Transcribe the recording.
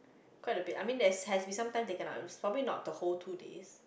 quite a bit I mean there's has be sometime they cannot probably not the whole two days